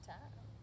time